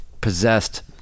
possessed